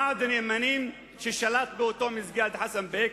ועד הנאמנים ששלט באותו מסגד חסן בק